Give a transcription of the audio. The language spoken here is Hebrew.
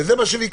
וזה מה שביקשנו.